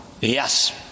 Yes